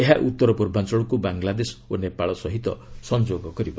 ଏହା ଉତ୍ତର ପୂର୍ବାଞ୍ଚଳକୁ ବାଂଲାଦେଶ ଓ ନେପାଳ ସହ ସଂଯୋଗ କରିବ